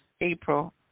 April